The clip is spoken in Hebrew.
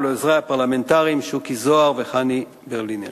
ולעוזרי הפרלמנטריים שוקי זוהר וחני ברלינר.